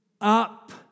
up